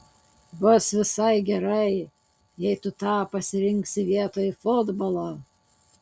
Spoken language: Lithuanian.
bus visai gerai jei tu tą pasirinksi vietoj futbolo